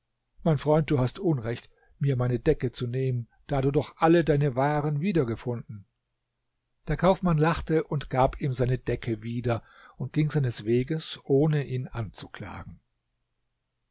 mein freund du hast unrecht mir meine decke zu nehmen da du doch alle deine waren wiedergefunden der kaufmann lachte und gab ihm seine decke wieder und ging seines weges ohne ihn anzuklagen